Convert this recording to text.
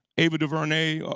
ava duvernay,